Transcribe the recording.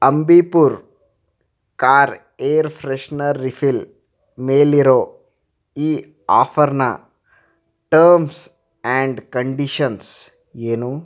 Ambi Pur car air freshener refill ಮೇಲಿರೋ ಈ ಆಫರ್ನ ಟರ್ಮ್ಸ್ ಆ್ಯಂಡ್ ಕಂಡೀಷನ್ಸ್ ಏನು